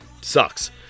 Sucks